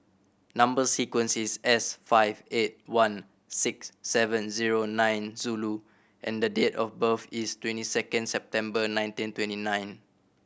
number sequence is S five eight one six seven zero nine zero and the date of birth is twenty second September nineteen twenty nine